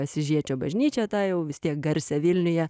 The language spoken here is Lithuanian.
asyžiečio bažnyčią tą jau vis tiek garsią vilniuje